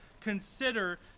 consider